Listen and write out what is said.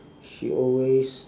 she always